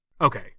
Okay